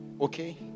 okay